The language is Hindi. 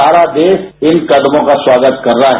सारा देश इन कदमों का स्वागत कर रहा है